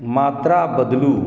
मात्रा बदलू